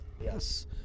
Yes